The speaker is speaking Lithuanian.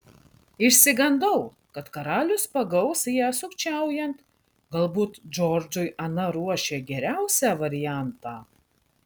išsigandau kad karalius pagaus ją sukčiaujant galbūt džordžui ana ruošė geriausią variantą